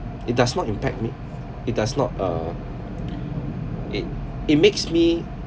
it does not impact me it does not uh it it makes me